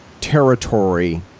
Territory